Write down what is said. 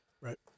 Right